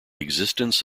existence